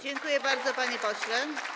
Dziękuję bardzo, panie pośle.